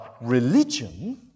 religion